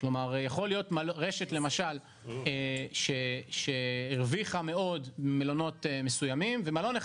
כלומר יכול להיות רשת למשל שהרוויחה מאוד במלונות מסוימים ומלון אחד